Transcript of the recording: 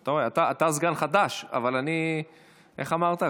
אתה סגן חדש, אבל איך אמרת?